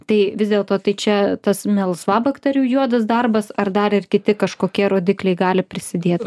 tai vis dėlto tai čia tas melsvabakterių juodas darbas ar dar ir kiti kažkokie rodikliai gali prisidėt